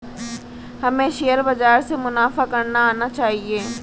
हमें शेयर बाजार से मुनाफा करना आना चाहिए